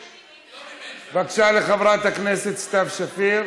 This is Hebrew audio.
בבקשה חברת הכנסת סתיו שפיר.